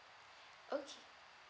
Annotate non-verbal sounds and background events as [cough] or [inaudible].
[breath] okay